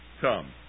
come